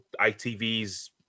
ITV's